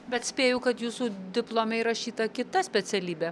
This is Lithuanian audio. bet spėju kad jūsų diplome įrašyta kita specialybė